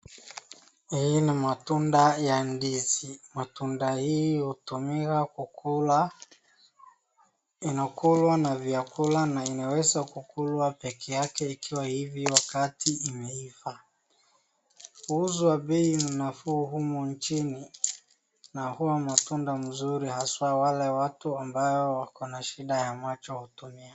Haya ni matunda ya ndizi, matunda haya hutumiwa kukulwa, inakulwa na vyakula na unaweza kula peke yake ikiwa hivo wakati imeiva. Huuzwa bei nafuu humu nchini na huwa matunda mzuri haswaa wale watu ambao wako na shida ya macho hutumia.